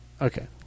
Okay